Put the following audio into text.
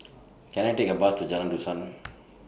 Can I Take A Bus to Jalan Dusan